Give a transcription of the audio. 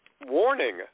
warning